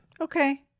Okay